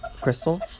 Crystal